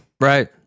Right